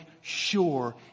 sure